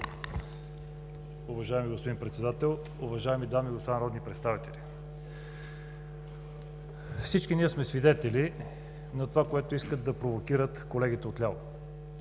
Уважаеми господин Председател, уважаеми дами и господа народни представители! Всички ние сме свидетели на това, което искат да провокират колегите отляво